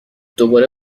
دوباره